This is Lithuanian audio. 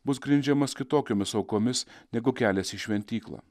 bus grindžiamas kitokiomis aukomis negu kelias į šventyklą